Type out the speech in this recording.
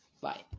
Bye